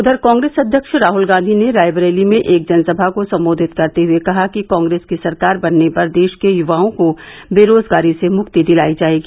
उधर कांग्रेस अध्यक्ष राहुल गांधी ने रायबरेली में एक जनसभा को संबोधित करते हुए कहा कि कांग्रेस की सरकार बनने पर देश के युवाओं को बेरोजगारी से मुक्ति दिलाई जायेगी